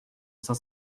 cinq